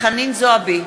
חנין זועבי,